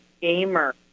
gamer